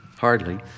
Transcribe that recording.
Hardly